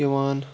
یِوان